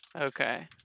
Okay